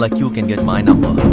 like you can get my number,